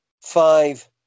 five